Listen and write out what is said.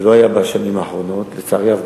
זה לא היה בשנים האחרונות, לצערי הרב.